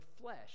flesh